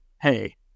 hey